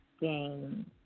Game